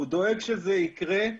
הוא דואג שזה יקרה.